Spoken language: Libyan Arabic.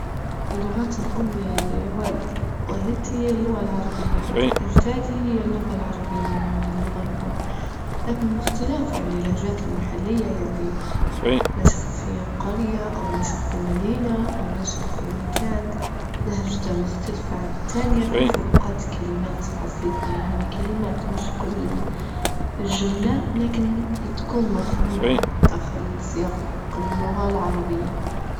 اللغات الأم لوال- والدتي هي اللغة العربية، حتى لأجدادي هي اللغة العربية يعني اللغة الأم، لكن بإختلاف يعني لهجاتهم، محلية ياللي نشأ في قرية أو نشأ في مدينة أو نشأ في مكان لهجته مختلفة عن التانية، في فروقات كلمات بسيطة يعني، كلمات مش كل الجملة، لكن تكون مفهومة داخل سياق اللغة العربية.